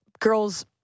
girls